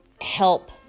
help